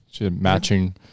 Matching